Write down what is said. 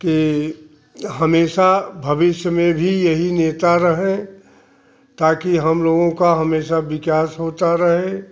की हमेशा भविष्य में भी यही नेता रहे ताकि हम लोगों का हमेशा विकास होता रहे